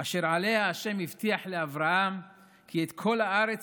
אשר עליה ה' הבטיח לאברהם: "כי את כל הארץ